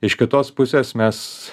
iš kitos pusės mes